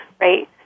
right